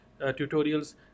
tutorials